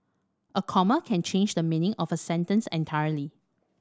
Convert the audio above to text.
a comma can change the meaning of a sentence entirely